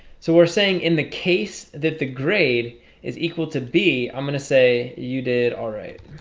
so we're saying in the case that the grade is equal to b i'm gonna say you did. all right,